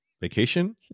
vacation